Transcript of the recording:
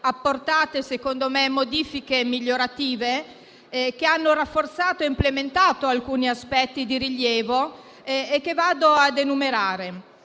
apportate modifiche a mio avviso migliorative, che hanno rafforzato e implementato alcuni aspetti di rilievo, che vado ad enumerare.